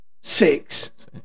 six